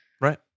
Right